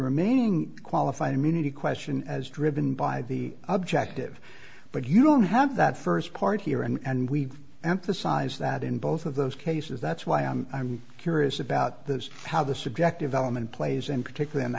remaining qualified immunity question as driven by the objective but you don't have that st part here and we emphasize that in both of those cases that's why i'm curious about this how the subjective element plays in particular in the